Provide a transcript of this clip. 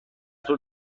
طول